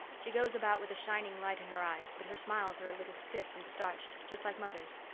she goes about with a shining light in her eyes, but her smiles are a little stiff and starched, just like mother's.